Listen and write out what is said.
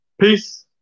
Peace